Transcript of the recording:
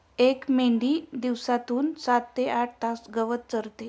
एक मेंढी दिवसातून सात ते आठ तास गवत चरते